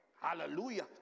Hallelujah